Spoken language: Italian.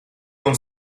con